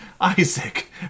Isaac